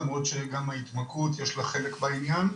למרות שגם ההתמכרות יש לה חלק בעניין.